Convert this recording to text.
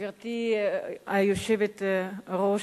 גברתי היושבת-ראש,